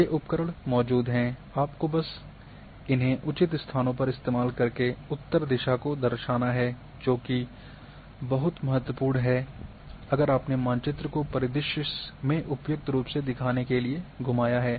ये उपकरण मौजूद हैं आपको बस इन्हें उचित स्थानों पर इस्तेमाल करके उत्तर दिशा को दर्शाता है जो कि बहुत महत्वपूर्ण है अगर आपने मानचित्र को परिदृश्य में उपयुक्त रूप से दिखाने के लिए घुमाया है